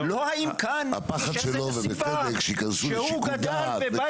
לא האם כאן יש איזו סיבה שהוא גדל בבית